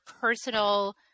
personal